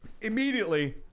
Immediately